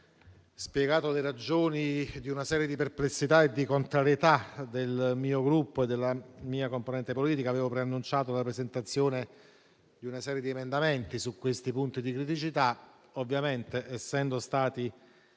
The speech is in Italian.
spiegato le ragioni di una serie di perplessità e di contrarietà del mio Gruppo e della mia componente politica, avevo preannunciato la presentazione di una serie di emendamenti sui punti di criticità. Ovviamente, essendo stati